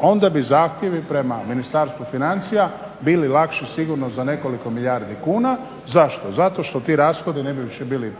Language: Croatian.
onda bi zahtjevi prema Ministarstvu financija bili lakši sigurno za nekoliko milijardi kuna. Zašto? Zato što ti rashodi ne bi više bili